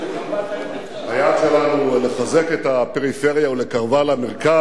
היעד שלנו הוא לחזק את הפריפריה, או לקרבה למרכז.